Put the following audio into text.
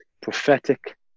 prophetic